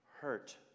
hurt